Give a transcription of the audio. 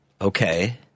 Okay